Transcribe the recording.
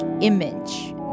image